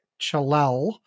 Chalel